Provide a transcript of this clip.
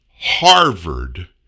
Harvard